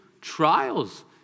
trials